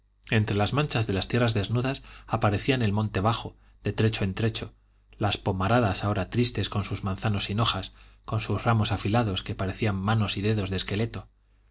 entre las manchas de las tierras desnudas aparecían el monte bajo de trecho en trecho las pomaradas ahora tristes con sus manzanos sin hojas con sus ramos afilados que parecían manos y dedos de esqueleto